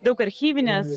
daug archyvinės